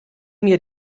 mir